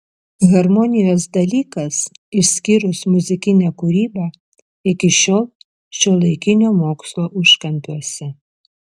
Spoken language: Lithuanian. harmonijos dalykas išskyrus muzikinę kūrybą iki šiol šiuolaikinio mokslo užkampiuose